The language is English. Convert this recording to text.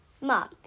Mom